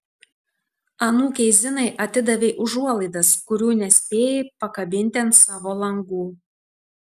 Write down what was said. anūkei zinai atidavei užuolaidas kurių nespėjai pakabinti ant savo langų